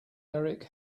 erik